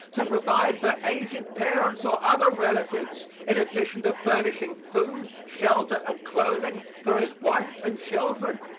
to provide for aged parents or other relatives in addition to furnishing food, shelter and clothing for his wife and children?